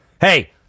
Hey